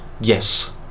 Yes